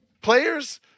players